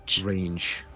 range